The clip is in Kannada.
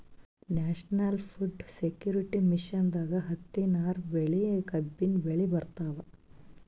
ನ್ಯಾಷನಲ್ ಫುಡ್ ಸೆಕ್ಯೂರಿಟಿ ಮಿಷನ್ದಾಗ್ ಹತ್ತಿ, ನಾರ್ ಬೆಳಿ, ಕಬ್ಬಿನ್ ಬೆಳಿ ಬರ್ತವ್